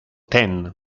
ten